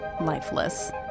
lifeless